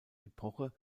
epoche